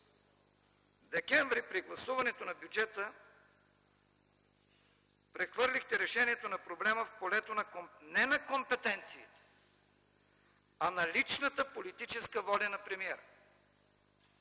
година при гласуването на бюджета прехвърлихте решението на проблема в полето не на компетенциите, а на личната политическа воля на премиера.